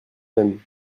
même